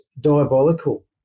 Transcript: diabolical